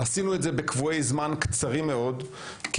עשינו את זה בקבועי זמן קצרים מאוד כי